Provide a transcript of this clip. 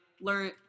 learn